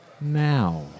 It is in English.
now